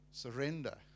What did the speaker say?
Surrender